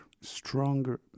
stronger